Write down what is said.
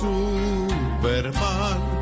Superman